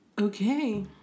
Okay